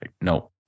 no